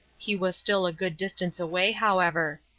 he was still a good distance away, however.